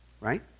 Right